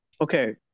Okay